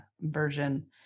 version